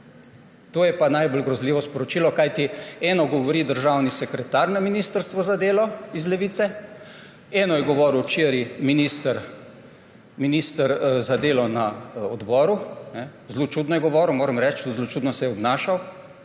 To je pa najbolj grozljivo sporočilo, kajti eno govori državni sekretar na ministrstvu za delo iz Levice, eno je govoril včeraj minister za delo na odboru, zelo čudno je govoril, moram reči, zelo čudno se je obnašal,